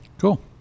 Cool